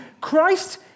Christ